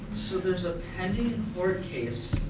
so, there's a pending court case